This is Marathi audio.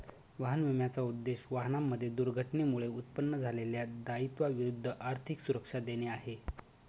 वाहन विम्याचा उद्देश, वाहनांमध्ये दुर्घटनेमुळे उत्पन्न झालेल्या दायित्वा विरुद्ध आर्थिक सुरक्षा देणे आहे